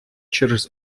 через